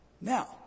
Now